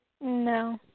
No